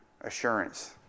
assurance